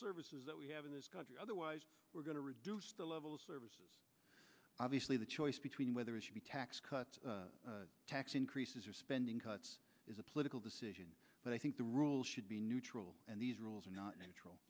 services that we have in this country otherwise we're going to reduce the level of services obviously the choice between whether it should be tax cuts tax increases or spending cuts is a political decision but i think the rules should be neutral and these rules are not neutral